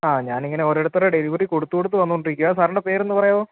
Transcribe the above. ആ ഞാനിങ്ങനെ ഓരോരുത്തരുടെ ഡെലിവറി കൊടുത്ത് കൊടുത്ത് വന്നുകൊണ്ടിരിക്കുവാണ് സാറിൻ്റെ പേരൊന്ന് പറയാമോ